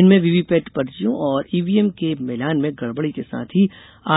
इनमें वीवीपैट पर्वियों और ईवीएम के मिलान में गड़बड़ी के साथ ही